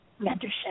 mentorship